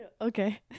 Okay